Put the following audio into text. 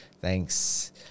Thanks